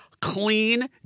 Clean